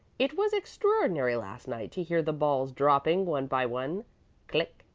it was extraordinary last night to hear the balls dropping one by one click,